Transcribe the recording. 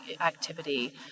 activity